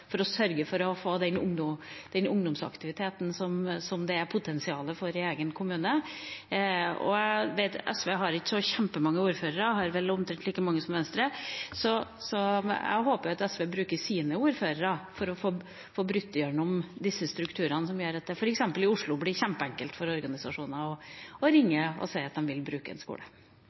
for å sørge for å få den ungdomsaktiviteten som det er potensial for i egen kommune. Jeg vet at SV ikke har så mange ordførere, de har vel omtrent like mange som Venstre, men jeg håper SV bruker sine ordførere for å få brutt gjennom disse strukturene, slik at det f.eks. i Oslo blir kjempeenkelt for organisasjoner å ringe og si at de vil bruke en skole.